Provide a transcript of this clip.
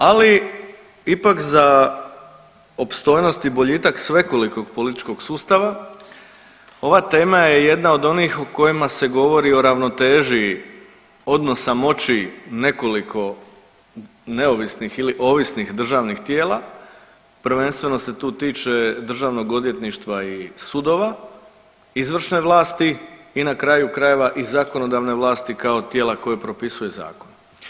Ali ipak za opstojnost i boljitak svekolikog političkog sustava ova tema je jedna od onih u kojima se govori o ravnoteži odnosa moći nekoliko neovisnih ili ovisnih državnih tijela, prvenstveno se tu tiče Državnog odvjetništva i sudova, izvršne vlasti i na kraju krajeve i zakonodavne vlasti kao tijela koje propisuje zakon.